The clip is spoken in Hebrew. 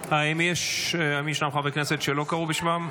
האם ישנם חברי כנסת שלא קראו בשמם?